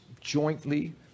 jointly